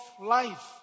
life